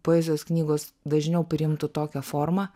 poezijos knygos dažniau priimtų tokią formą